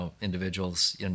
individuals